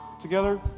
together